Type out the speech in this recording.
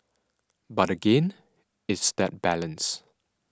but again it's that balance